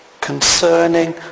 concerning